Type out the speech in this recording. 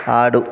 ఆడు